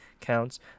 counts